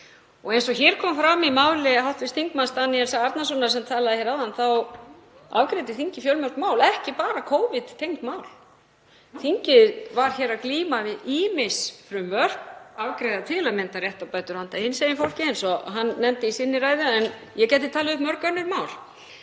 Eins og hér kom fram í máli hv. þm. Daníels E. Árnasonar, sem talaði hér áðan, þá afgreiddi þingið fjölmörg mál, ekki bara Covid-tengd mál. Þingið var að glíma við ýmis frumvörp, afgreiða til að mynda réttarbætur handa hinsegin fólki eins og hann nefndi í sinni ræðu, en ég gæti talið upp mörg önnur mál.